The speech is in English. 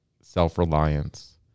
self-reliance